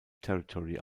territory